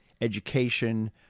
education